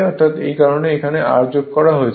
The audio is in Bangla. অর্থাৎ এই কারণে এখানে r যোগ হয়েছে